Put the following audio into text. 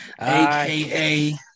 aka